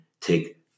take